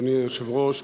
אדוני היושב-ראש.